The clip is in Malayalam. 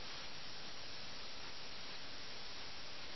അപ്പോൾ മിർസ പറഞ്ഞു 'സ്വേച്ഛാധിപതികൾ നവാബ് സാഹിബിനെ പിടികൂടി